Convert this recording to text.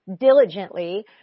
diligently